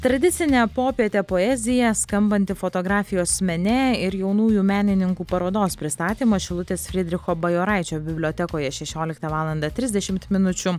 tradicinė popietė poezija skambanti fotografijos mene ir jaunųjų menininkų parodos pristatymas šilutės fridricho bajoraičio bibliotekoje šešioliktą valandą trisdešimt minučių